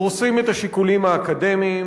דורסים את השיקולים האקדמיים,